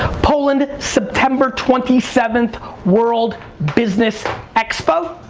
poland, september twenty seventh. world business expo?